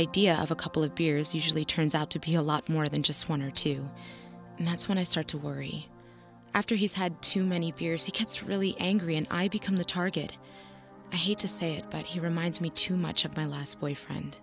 idea of a couple of beers usually turns out to be a lot more than just one or two and that's when i start to worry after he's had too many peers he gets really angry and i become the target i hate to say it but he reminds me too much of my last boyfriend